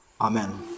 Amen